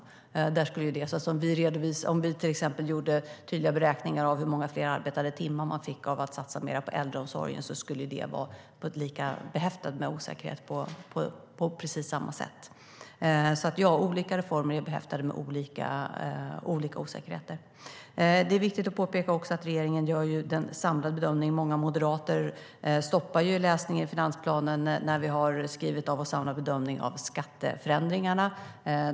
Till exempel skulle beräkningar av hur många fler arbetade timmar man skulle få genom att satsa mer på äldreomsorgen vara behäftade med osäkerhet på precis samma sätt. Så, ja, olika reformer är behäftade med olika osäkerheter. Många moderater stoppar läsningen i finansplanen där vi har gjort andra bedömningar av skatteförändringarna.